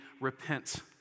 repent